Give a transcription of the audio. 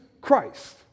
Christ